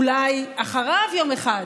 אולי, אחריו יום אחד?